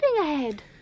ahead